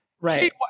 Right